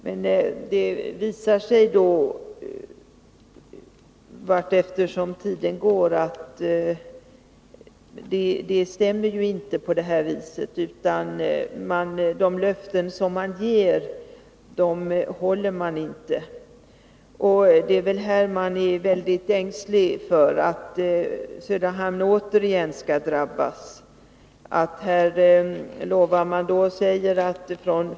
Men det visar sig, allteftersom tiden går, att det inte stämmer — givna löften hålls inte. Man är nu mycket ängslig att Söderhamn återigen skall drabbas.